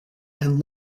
and